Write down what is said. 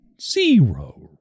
zero